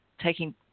taking